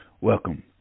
Welcome